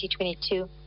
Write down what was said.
2022